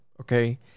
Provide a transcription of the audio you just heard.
okay